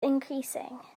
increasing